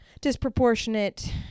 disproportionate